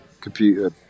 computer